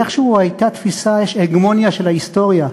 איכשהו הייתה תפיסת הגמוניה של ההיסטוריה,